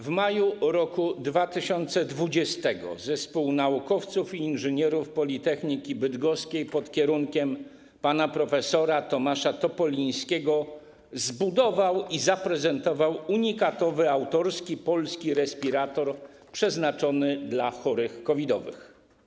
W maju roku 2020 zespół naukowców i inżynierów Politechniki Bydgoskiej pod kierunkiem pana prof. Tomasza Topolińskiego zbudował i zaprezentował unikatowy autorski polski respirator przeznaczony dla chorych COVID-owych.